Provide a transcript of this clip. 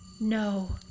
No